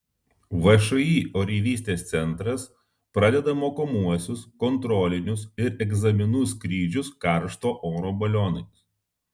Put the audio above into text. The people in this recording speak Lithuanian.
všį oreivystės centras pradeda mokomuosius kontrolinius ir egzaminų skrydžius karšto oro balionais